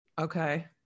Okay